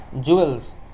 jewels